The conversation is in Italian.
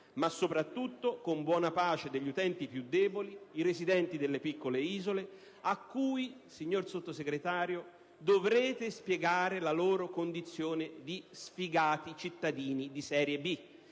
ma soprattutto con buona pace degli utenti più deboli, i residenti delle piccole isole, ai quali dovrete spiegare la loro condizione di sfigati cittadini di serie B,